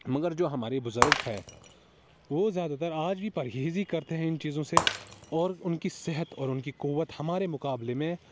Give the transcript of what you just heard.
مگر جو ہمارے بزرگ ہے وہ زیادہ تر آج بھی پرہیز ہی کرتے ہیں ان چیزوں سے اور ان کی صحت اور ان کی قوت ہمارے مقابلے میں